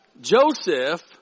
Joseph